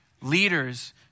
Leaders